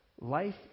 life